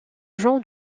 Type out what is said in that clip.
jean